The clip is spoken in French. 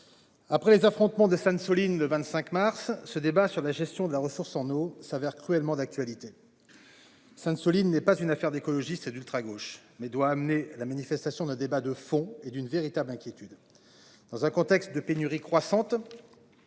Après les affrontements de Sainte-, Soline le 25 mars. Ce débat sur la gestion de la ressource en eau s'avère cruellement d'actualité. Sainte-, Soline n'est pas une affaire d'écologistes et d'ultragauche, mais doit amener la manifestation d'un débat de fond et d'une véritable inquiétude. Dans un contexte de pénurie croissante.